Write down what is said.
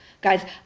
Guys